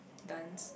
dance